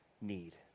need